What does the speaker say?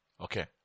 Okay